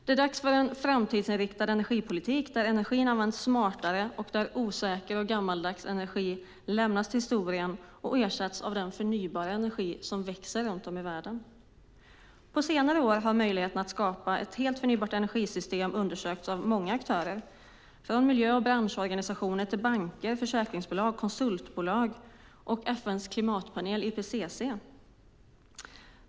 Det är dags för en framtidsinriktad energipolitik där energin används smartare och där osäker och gammaldags energi lämnas till historien och ersätts av den förnybara energi som växer runt om i världen. På senare år har möjligheten att skapa ett helt förnybart energisystem undersökts av många aktörer - det gäller allt från miljö och branschorganisationer till banker, försäkringsbolag, konsultbolag och FN:s klimatpanel, IPCC.